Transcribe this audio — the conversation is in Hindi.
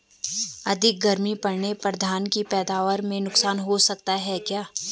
अधिक गर्मी पड़ने पर धान की पैदावार में नुकसान हो सकता है क्या?